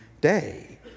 day